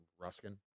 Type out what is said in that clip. Ruskin